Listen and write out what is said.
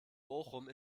bochum